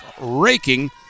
raking